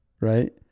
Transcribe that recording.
right